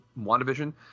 WandaVision